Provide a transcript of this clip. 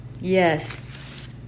Yes